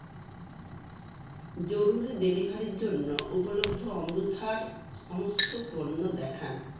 জরুরি ডেলিভারির জন্য উপলব্ধ অম্রুথার সমস্ত পণ্য দেখান